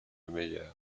meilleur